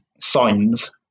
Signs